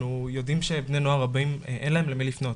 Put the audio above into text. יודעים שבני נוער אין להם למי לפנות,